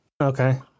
Okay